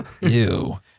ew